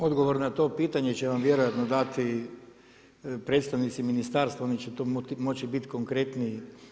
Odgovor na to pitanje će vam vjerojatno dati predstavnici ministarstva, oni će tu moći biti konkretniji.